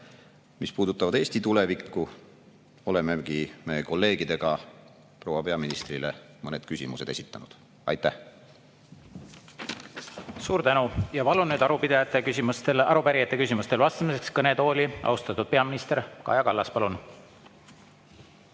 mis puudutavad Eesti tulevikku, olemegi me kolleegidega proua peaministrile mõned küsimused esitanud. Aitäh! Suur tänu! Palun nüüd arupärijate küsimustele vastamiseks kõnetooli austatud peaministri Kaja Kallase. Palun!